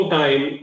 time